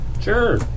Sure